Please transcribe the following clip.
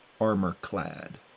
armor-clad